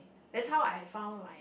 that's how I found my